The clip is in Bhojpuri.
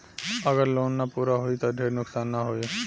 अगर लोन ना पूरा होई त ढेर नुकसान ना होई